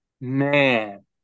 Man